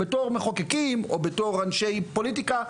בתור מחוקקים או אנשי פוליטיקה,